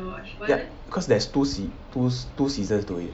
ya cause there's two sea~ two two seasons to it